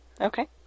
Okay